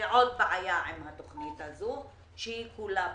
זו עוד בעיה עם התוכנית הזו, שהיא כולה בעייתית.